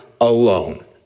alone